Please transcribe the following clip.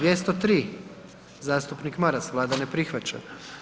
203. zastupnik Maras, Vlada ne prihvaća.